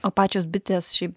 o pačios bitės šiaip